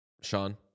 Sean